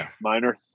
minor